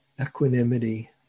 equanimity